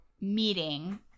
meeting